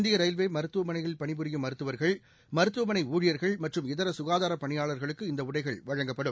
இந்தியரயில்வேமருத்துவமனைகளில் பணிபுரியும் மருத்துவர்கள் மருத்துவமனைஊழியர்கள் மற்றும் இதரசுகாதாரப் பணியாளர்களுக்கு இந்தஉடைகள் வழங்கப்படும்